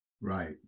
right